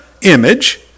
image